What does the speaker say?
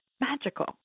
magical